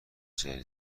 جـر